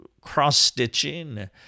cross-stitching